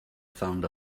found